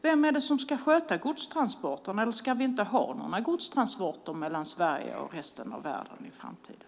Vem är det som ska sköta godstransporterna? Eller ska vi inte ha några godstransporter mellan Sverige och resten av världen i framtiden?